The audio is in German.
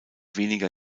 weniger